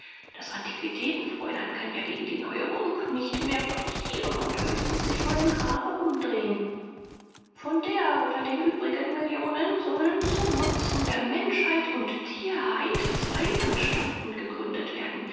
das antiquitätenfräulein kann ja gegen die neuerungen nicht mehr protestieren und höchstens sich mal im grabe umdrehen von der oder den übrigen millionen sollen zum nutzen der menschheit und tierheit zwei anstalten gegründet werden